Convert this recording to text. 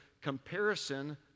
comparison